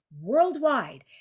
worldwide